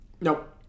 Nope